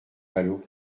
vallaud